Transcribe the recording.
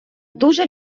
дуже